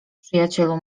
przyjacielu